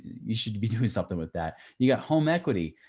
you should be doing something with that. you got home equity.